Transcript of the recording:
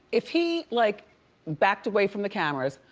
if he like backed away from the cameras,